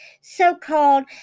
so-called